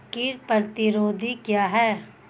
कीट प्रतिरोधी क्या है?